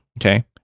okay